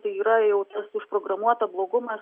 tai yra jau tas užprogramuota blogumas